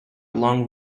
long